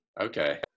okay